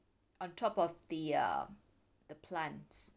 on top of the uh the plants